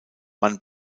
man